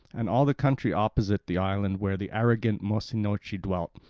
and all the country opposite the island, where the arrogant mossynoeci dwelt.